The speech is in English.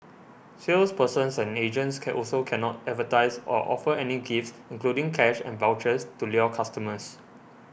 salespersons and agents can also cannot advertise or offer any gifts including cash and vouchers to lure customers